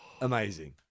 Amazing